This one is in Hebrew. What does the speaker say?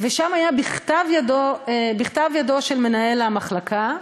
ושם היה בכתב ידו של מנהל המחלקה,